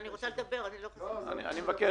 מבקש